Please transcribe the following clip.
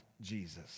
Jesus